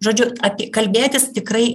žodžiu apie kalbėtis tikrai